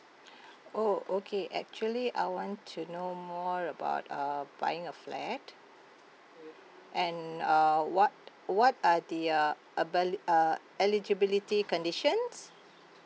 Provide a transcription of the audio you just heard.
oh okay actually I want to know more about uh buying a flat and uh what what are the uh uh eligibility conditions